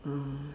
uh